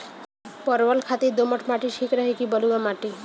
परवल खातिर दोमट माटी ठीक रही कि बलुआ माटी?